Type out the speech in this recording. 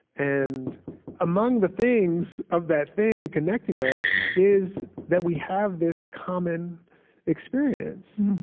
and among the things of that thing connecting us is that we have this common experience